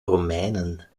romeinen